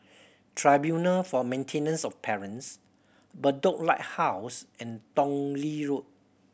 Tribunal for Maintenance of Parents Bedok Lighthouse and Tong Lee Road